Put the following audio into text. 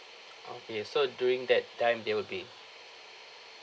okay so during that time they will be